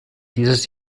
dieses